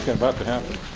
about to happen.